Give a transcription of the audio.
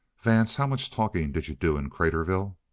vance, how much talking did you do in craterville?